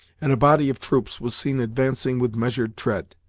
and a body of troops was seen advancing with measured tread.